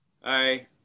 Hi